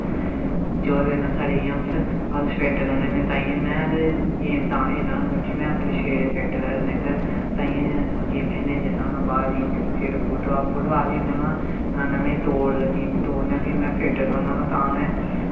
जेह्दे कन्नै साढ़ी इ'यां अस फिट्ट रौह्न्ने ताइयें में ते गेम तां खेलना होना क्योंकि में अपने शरीरे गी फिट्ट रक्खनै आस्तै ताइयें गेम खेलने जन्ना होन्ना बाह्र जियां cricket football football खेलना होन्नां नोहाड़ै ने में दौड़ लग्गी जंंदी दौड़ने में फिट्ट रौहन्नां होन्ना तां में